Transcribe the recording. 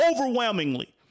Overwhelmingly